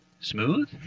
smooth